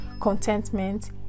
contentment